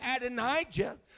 Adonijah